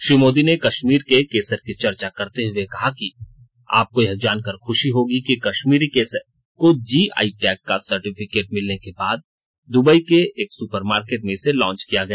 श्री मोदी ने कश्मीर के केसर की चर्चा करते हुए कहा कि आपको यह जानकर खुशो होगी कि कश्मीरी केसर को जी आई टैग का सर्टिफिकेट मिलर्ने के बाद दुबई के एक सुपर मार्केट में इसे लांच किया गया